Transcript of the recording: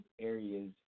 areas